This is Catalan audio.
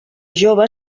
jove